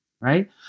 right